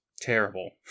terrible